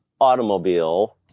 automobile